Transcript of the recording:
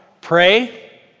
Pray